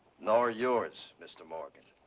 nor yours, mr. morgan.